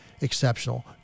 exceptional